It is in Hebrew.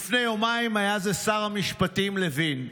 לפני יומיים היה זה שר המשפטים לוין.